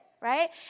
right